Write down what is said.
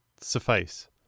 suffice